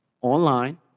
online